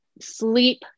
sleep